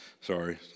sorry